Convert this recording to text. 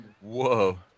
Whoa